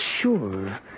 sure